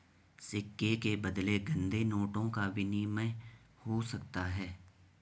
सिक्के के बदले गंदे नोटों का विनिमय हो सकता है